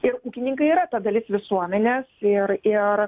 ir ūkininkai yra ta dalis visuomenės ir ir